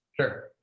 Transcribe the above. Sure